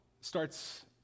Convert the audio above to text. starts